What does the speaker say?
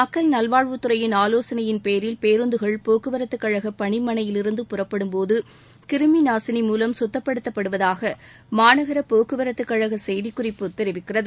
மக்கள் நல்வாழ்வுத்துறையின் ஆலோசனையின் பேரில் பேருந்துகள் போக்குவரத்துக்க கழக பனிமனையிலிருந்து புறப்படும் போது கிரிமி நாசினி மூலம் சுத்தப்படுத்தப்படுவதாக மாநகர போக்குவரத்துக் கழக செய்திக்குறிப்பு தெரிவிக்கிறது